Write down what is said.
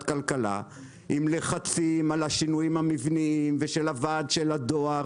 הכלכלה עם לחצים על השינויים המבניים ושל הוועד של הדואר